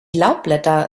laubblätter